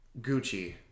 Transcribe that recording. Gucci